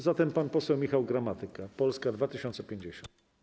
Zatem pan poseł Michał Gramatyka, Polska 2050.